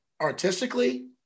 artistically